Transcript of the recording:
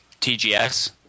TGS